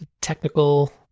technical